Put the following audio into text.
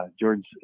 George